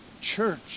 church